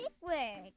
word